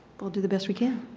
will do the best we can.